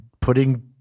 putting